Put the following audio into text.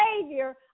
Savior